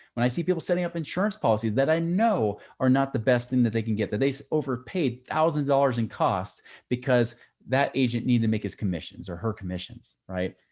when i see people setting up insurance policies that i know are not the best thing that they can get, that they overpaid thousands dollars in costs because that agent needed to make his commissions or her commissions. right?